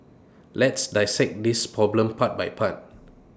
let's dissect this problem part by part